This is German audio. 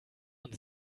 und